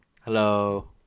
hello